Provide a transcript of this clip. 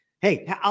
Hey